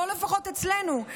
לפחות לא אצלנו,